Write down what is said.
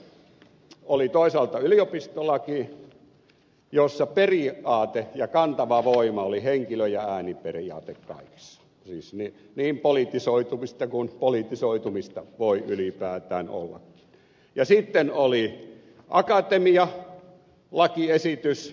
oli toisaalta yliopistolaki jossa periaate ja kantava voima oli henkilö ja ääni periaate kaikessa siis niin politisoitumista kuin politisoitumista voi ylipäätään ollakin ja sitten oli akatemia lakiesitys